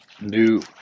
new